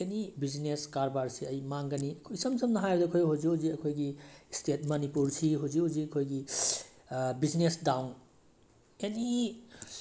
ꯑꯦꯅꯤ business ꯀꯔꯕꯥꯔꯁꯤ ꯑꯩ ꯃꯥꯡꯒꯅꯤ ꯑꯩꯈꯣꯏ ꯏꯁꯝ ꯁꯝꯅ ꯍꯥꯏꯔꯕꯗ ꯑꯩꯈꯣꯏ ꯍꯧꯖꯤꯛ ꯍꯧꯖꯤꯛ ꯑꯩꯈꯣꯏꯒꯤ ꯏꯁꯇꯦꯠ ꯃꯅꯤꯄꯨꯔꯁꯤ ꯍꯧꯖꯤꯛ ꯍꯧꯖꯤꯛ ꯑꯩꯈꯣꯏꯒꯤ ꯕꯤꯖꯤꯅꯦꯁ ꯗꯥꯎꯟ ꯑꯦꯅꯤ